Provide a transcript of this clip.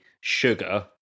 sugar